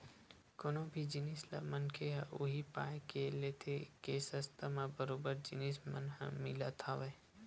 कोनो भी जिनिस ल मनखे ह उही पाय के लेथे के सस्ता म बरोबर जिनिस मन ह मिलत हवय